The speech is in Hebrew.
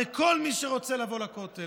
הרי כל מי שרוצה לבוא לכותל,